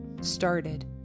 started